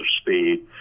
speed